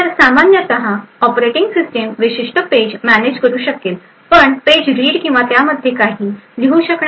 तर सामान्यतः operating system विशिष्ट पेज मॅनेज करू शकेल पण पेज रीड किंवा त्यामध्ये काही लिहू शकणार नाही